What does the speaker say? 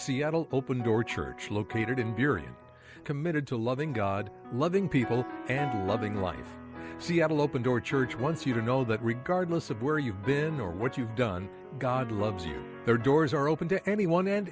seattle open door church located in period committed to loving god loving people and loving life seattle open door church wants you to know that regardless of where you've been or what you've done god loves you there doors are open to anyone and